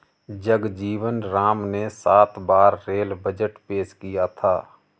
जगजीवन राम ने सात बार रेल बजट पेश किया था